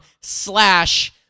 slash